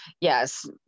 yes